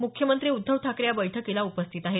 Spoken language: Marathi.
मुख्यमंत्री उद्धव ठाकरे या बैठकीला उपस्थित आहेत